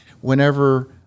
whenever